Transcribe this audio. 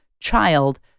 child